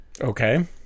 Okay